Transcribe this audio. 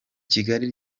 kigali